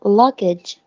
luggage